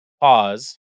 pause